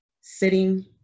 sitting